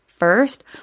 First